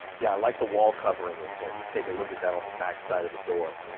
yeah like the wall covering in here and you take a look at that on the backside of the door.